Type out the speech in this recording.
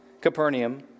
Capernaum